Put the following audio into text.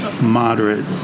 moderate